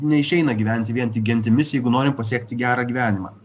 neišeina gyventi vien tik gentimis jeigu norim pasiekti gerą gyvenimą